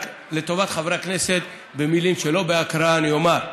רק לטובת חברי הכנסת, במילים שלא בהקראה אני אומר: